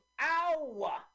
Ow